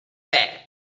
back